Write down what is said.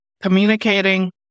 communicating